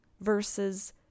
versus